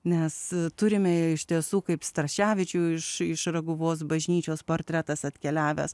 nes turime iš tiesų kaip straševičiui iš iš raguvos bažnyčios portretas atkeliavęs